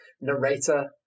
narrator